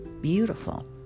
Beautiful